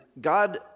God